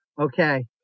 okay